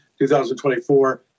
2024